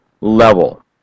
level